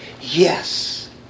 yes